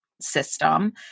system